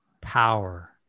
power